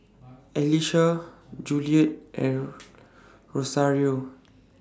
Alisha Juliet and Rosario